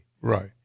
Right